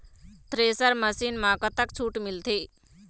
Thresher machine म कतक छूट मिलथे?